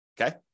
Okay